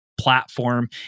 Platform